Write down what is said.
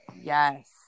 Yes